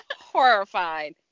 horrified